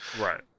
Right